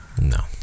no